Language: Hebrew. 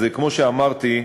אז כמו שאמרתי,